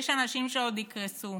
יש אנשים שעוד יקרסו.